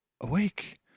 awake